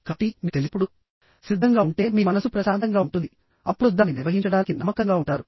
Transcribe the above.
కాబట్టి మీకు తెలిసినప్పుడు సిద్ధంగా ఉంటే మీ మనస్సు చల్లగా మరియు ప్రశాంతంగా ఉంటుంది అప్పుడు మీరు దాని నిర్వహించడానికి నమ్మకంగా ఉంటారు